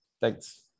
Thanks